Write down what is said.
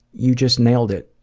you just nailed it.